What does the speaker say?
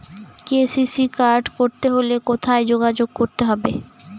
KCC card করতে হলে কোথায় যোগাযোগ করতে হবে?